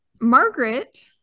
Margaret